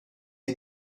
est